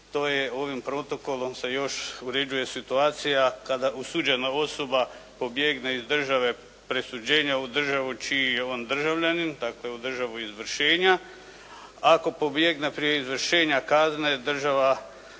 to je ovim protokolom se još uređuje situacija kada osuđena osoba pobjegne iz države presuđenja u državu čiji je on državljanin, dakle u državu izvršenja. Ako pobjegne prije izvršenja kazne država